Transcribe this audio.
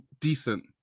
decent